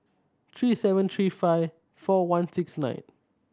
three seven three five four one six nine